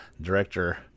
director